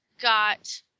got